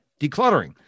decluttering